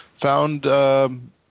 found